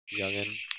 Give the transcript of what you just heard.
youngin